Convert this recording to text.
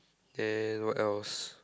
then what else